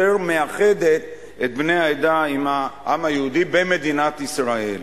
היותר-מאחדת את בני העדה עם העם היהודי במדינת ישראל.